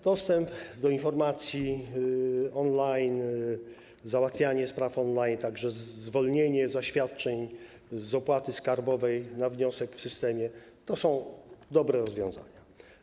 Dostęp do informacji on-line, załatwianie spraw on-line, także zwolnienie zaświadczeń z opłaty skarbowej na wniosek w systemie to są dobre rozwiązania.